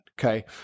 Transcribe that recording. okay